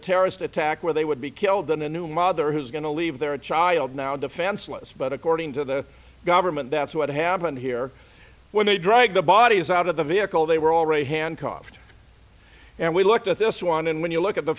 terrorist attack where they would be killed than a new mother who's going to leave their child now defenseless but according to the government that's what happened here when they drag the bodies out of the vehicle they were already handcuffed and we looked at this one and when you look at the